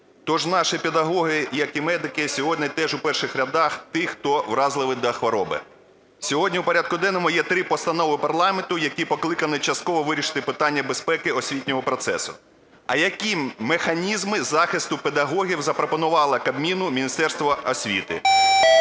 Тож наші педагоги, як і медики, сьогодні теж у перших рядах тих, хто вразливий до хвороби. Сьогодні в порядку денному є три постанови парламенту, які покликані частково вирішити питання безпеки освітнього процесу. А які механізми захисту педагогів запропонувало Кабміну Міністерство освіти?